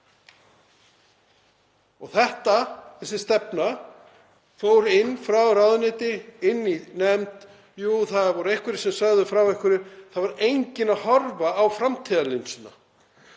15 ára. Þessi stefna fór frá ráðuneyti og inn í nefnd. Jú, það voru einhverjir sem sögðu frá einhverju en það var enginn að horfa í framtíðarlinsuna